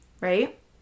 right